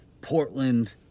Portland